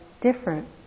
different